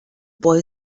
boy